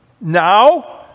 Now